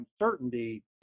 uncertainty